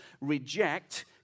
Reject